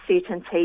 certainty